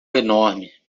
enorme